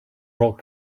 rock